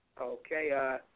Okay